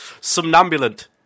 Somnambulant